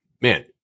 man